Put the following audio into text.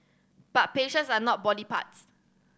but patients are not body parts